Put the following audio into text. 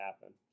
happen